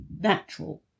natural